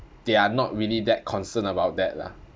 they are not really that concerned about that lah